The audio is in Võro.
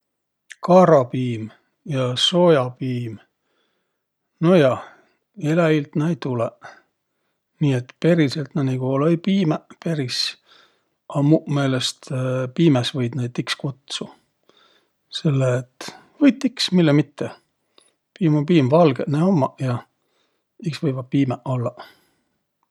Kaarapiim ja sojapiim, nojah, eläjilt nä ei tulõq, nii et periselt nä nigu olõ-õi piimäq peris, a muq meelest piimäs võit näid iks kutsuq, selle et – võit iks, mille mitte. Piim um piim. Valgõq nä ummaq ja iks võivaq piimäq ollaq.